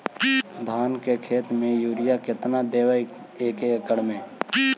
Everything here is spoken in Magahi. धान के खेत में युरिया केतना देबै एक एकड़ में?